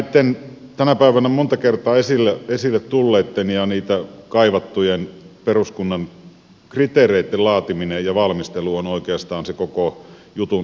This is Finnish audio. näitten tänä päivänä monta kertaa esille tulleitten ja kaivattujen peruskunnan kriteereitten laatiminen ja valmistelu on oikeastaan se koko jutun a ja o